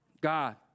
God